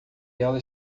ela